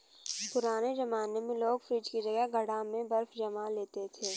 पुराने जमाने में लोग फ्रिज की जगह घड़ा में बर्फ जमा लेते थे